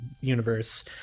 universe